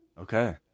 Okay